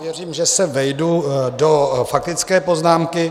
Věřím, že se vejdu do faktické poznámky.